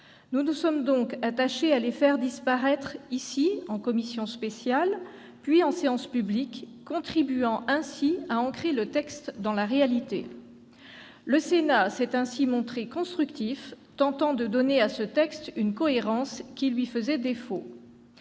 Nous nous sommes donc attachés à les faire disparaître en commission spéciale, puis en séance publique, contribuant ainsi à ancrer le texte dans la réalité. Le Sénat s'est ainsi montré constructif, tentant de donner à ce texte une cohérence qui lui faisait défaut.